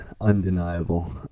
undeniable